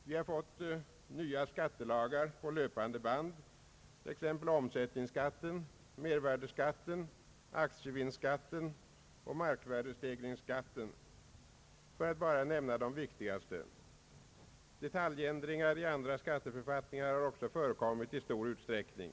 Vi har på löpande band fått nya skat telagar, t.ex. omsättningsskatten, mervärdeskatten, <aktievinstskatten och markvärdestegringsskatten, för att nämna de viktigaste. Detaljändringar i andra skatteförfattningar har också förekommit i stor utsträckning.